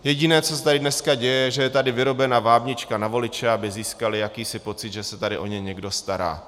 Jediné, co se tady dneska děje, je, že je tady vyrobena vábnička na voliče, aby získali jakýsi pocit, že se tady o ně někdo stará.